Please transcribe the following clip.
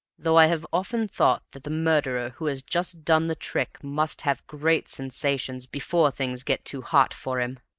though i have often thought that the murderer who has just done the trick must have great sensations before things get too hot for him.